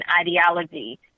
ideology